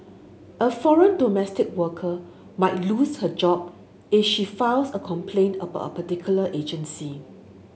a foreign domestic worker might lose her job if she files a complaint about a particular agency